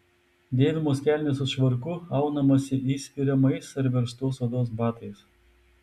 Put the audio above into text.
dėvimos kelnės su švarku aunamasi įspiriamais ar verstos odos batais